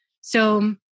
So-